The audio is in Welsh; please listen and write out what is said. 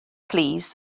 plîs